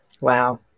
Wow